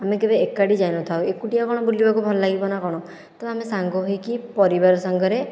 ଆମେ କେବେ ଏକାଠି ଯାଇନଥାଉ ଏକୁଟିଆ କ'ଣ ବୁଲିବାକୁ ଭଲ ଲାଗିବ ନା କ'ଣ ତ ଆମେ ସାଙ୍ଗ ହୋଇକି ପରିବାର ସାଙ୍ଗରେ